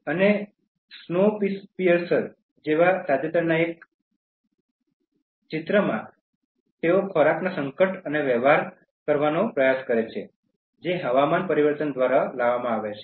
અને Snowpiercer જેવા તાજેતરના એક જ્યાં તેઓ ખોરાકના સંકટ સાથે વ્યવહાર કરવાનો પ્રયાસ કરે છે જે હવામાન પરિવર્તન દ્વારા લાવવામાં આવે છે